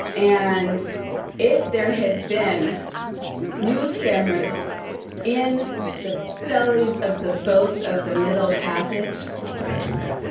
and if there had been news cameras in the bellies of the boats of the middle passage imagine that.